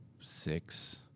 six